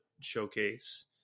showcase